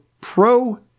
Pro